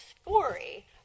story